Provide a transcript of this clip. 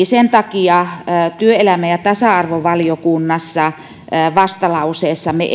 sen takia työelämä ja tasa arvovaliokunnassa vastalauseessamme